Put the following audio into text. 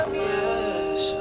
yes